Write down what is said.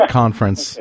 conference